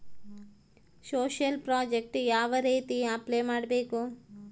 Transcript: Social project ಯಾವ ರೇತಿ apply ಮಾಡಬೇಕು?